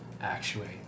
actuate